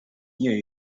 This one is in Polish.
nie